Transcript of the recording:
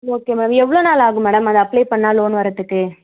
okay ma'am எவ்வளோ நாள் ஆகும் மேடம் அதை அப்ளே பண்ணிணா லோன் வரத்துக்கு